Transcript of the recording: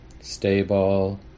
stable